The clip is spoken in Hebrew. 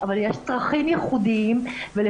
אבל יש צרכים ייחודיים ולפעמים,